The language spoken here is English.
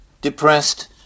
depressed